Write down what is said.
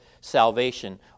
salvation